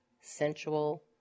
sensual